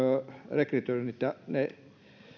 rekrytoinnit ja